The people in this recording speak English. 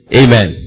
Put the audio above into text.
amen